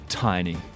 Tiny